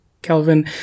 Kelvin